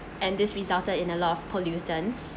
and this resulted in a lot of pollutants